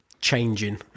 changing